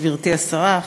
גברתי השרה,